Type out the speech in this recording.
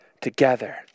together